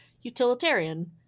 utilitarian